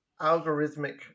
algorithmic